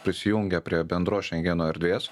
prisijungia prie bendros šengeno erdvės